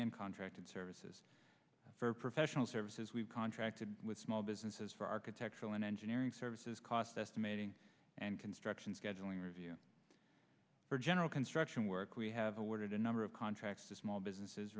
and contracted services for professional services we've contracted with small businesses for architectural and engineering services cost estimating and construction scheduling review for general construction work we have awarded a number of contracts to small businesses